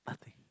nothing